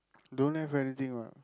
don't have anything what